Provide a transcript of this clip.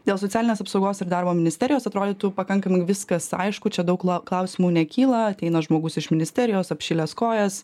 dėl socialinės apsaugos ir darbo ministerijos atrodytų pakankamai viskas aišku čia daug klausimų nekyla ateina žmogus iš ministerijos apšilęs kojas